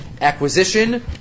acquisition